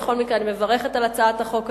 בכל מקרה, אני מברכת על הצעת החוק הזאת,